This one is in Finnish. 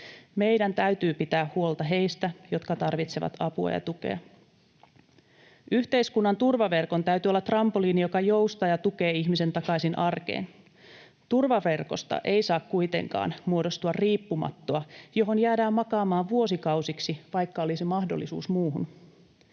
Meidän täytyy pitää huolta heistä, jotka tarvitsevat apua ja tukea. Yhteiskunnan turvaverkon täytyy olla trampoliini, joka joustaa ja tukee ihmisen takaisin arkeen. Turvaverkosta ei saa kuitenkaan muodostua riippumattoa, johon jäädään makaamaan vuosikausiksi, vaikka olisi mahdollisuus muuhun.